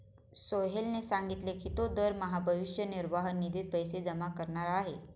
सोहेलने सांगितले की तो दरमहा भविष्य निर्वाह निधीत पैसे जमा करणार आहे